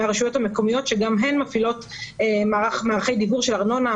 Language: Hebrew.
מהרשויות המקומיות שגם הן מפעילות מערכי דיוור של ארנונה,